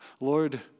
Lord